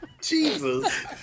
Jesus